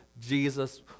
Jesus